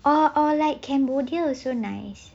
or or like cambodia also nice